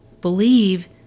believe